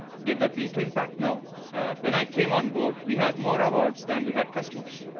did that lead to impact? no. but when i came onboard, we had more awards than we had customers.